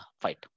fight